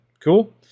Cool